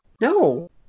No